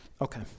Okay